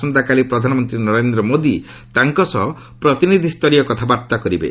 ଆସନ୍ତା କାଲି ପ୍ରଧାନମନ୍ତ୍ରୀ ନରେନ୍ଦ୍ର ମୋଦି ତାଙ୍କ ସହ ପ୍ରତିନିଧିସ୍ଠରୀୟ କଥାବାର୍ତ୍ତା କରିବେ